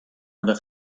other